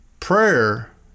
Prayer